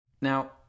Now